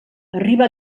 arriba